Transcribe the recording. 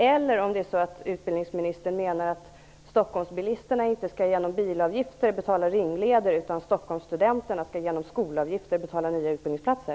Eller menar utbildningsministern att Stockholmsbilisterna inte genom bilavgifter skall betala ringleder utan att Stockholmsstudenterna genom skolavgifter skall betala nya utbildningsplatser?